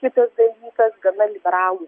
kitas dalykas gana liberalūs